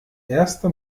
erste